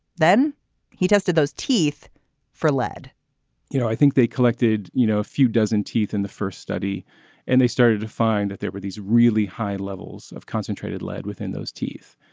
then he tested those teeth for lead you know i think they collected you know a few dozen teeth in the first study and they started to find that there were these really high levels of concentrated lead within those teeth.